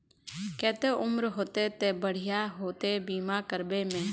केते उम्र होते ते बढ़िया होते बीमा करबे में?